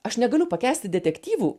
aš negaliu pakęsti detektyvų